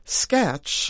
sketch